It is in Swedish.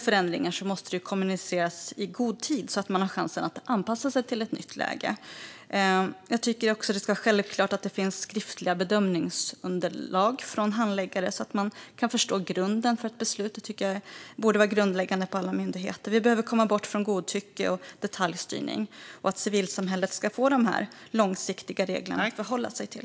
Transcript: Förändringar måste kommuniceras i god tid så att man har chans att anpassa sig till ett nytt läge. Jag tycker också att det ska vara självklart med skriftliga bedömningsunderlag från handläggare så att man kan förstå grunden för ett beslut. Det borde vara så på alla myndigheter. Vi behöver komma bort från godtycke och detaljstyrning så att civilsamhället kan få långsiktiga regler att förhålla sig till.